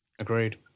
Agreed